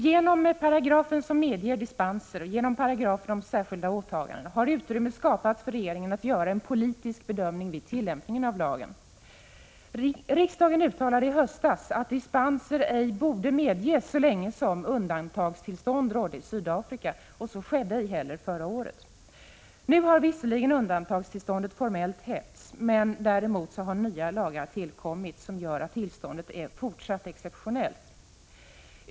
Genom den paragraf som medger dispenser och genom paragrafen om särskilda åtaganden skapas utrymme för regeringen att göra en politisk bedömning vid tillämpningen av lagen. Riksdagen uttalade i höstas att dispenser ej borde medges så länge undantagstillstånd rådde i Sydafrika, och dispenser medgavs ej heller under förra året. Nu har visserligen undantagstillståndet formellt hävts; däremot har nya lagar tillkommit som gör att tillståndet fortfarande är exceptionellt.